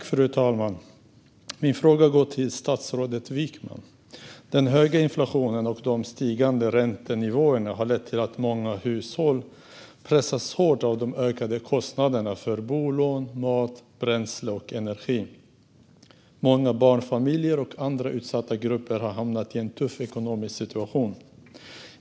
Fru talman! Min fråga går till statsrådet Wykman. Den höga inflationen och de stigande räntenivåerna har lett till att många hushåll pressas hårt av de ökade kostnaderna för bolån, mat, bränsle och energi. Många barnfamiljer och andra utsatta grupper har hamnat i en tuff ekonomisk situation.